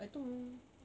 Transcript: I told my mum